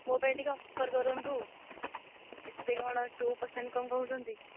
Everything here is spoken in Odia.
ମୋ ପାଇଁ ଟିକେ ଅଫର୍ କରନ୍ତୁ ଏତେ କ'ଣ ଟୁ ପରସେଣ୍ଟ୍ କ'ଣ କହୁଛନ୍ତି